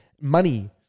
Money